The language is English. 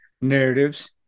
narratives